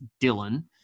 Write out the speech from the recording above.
Dylan